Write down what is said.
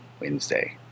Wednesday